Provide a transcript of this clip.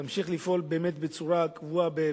תמשיך לפעול באמת בצורה קבועה,